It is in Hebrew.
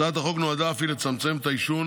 הצעת החוק נועדה אף היא לצמצם את העישון